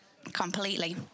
completely